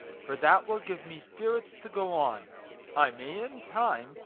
for that will give me spirits to go on i may, in time,